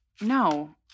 No